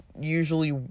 usually